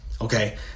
Okay